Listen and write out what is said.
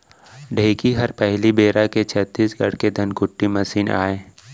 ढेंकी हर पहिली बेरा के छत्तीसगढ़ के धनकुट्टी मसीन आय